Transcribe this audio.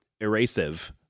erasive